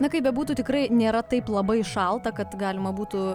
na kaip bebūtų tikrai nėra taip labai šalta kad galima būtų